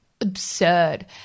absurd